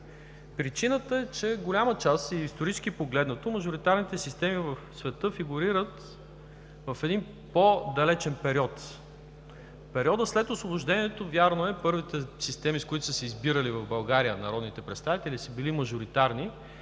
Причината е, че голяма част и исторически погледнато мажоритарните системи в света фигурират в един по-далечен период. В периода след Освобождение – вярно е, първите системи, с които са се избирали в България народните представители, са били мажоритарни.